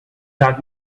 had